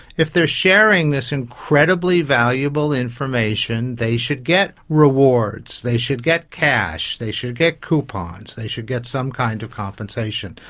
if they are sharing this incredibly valuable information they should get rewards, they should get cash, they should get coupons, they should get some kind of compensation.